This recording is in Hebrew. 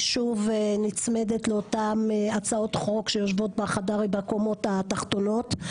היא שוב נצמדת לאותם הצעות חוק שיושבות בקומות התחתונות,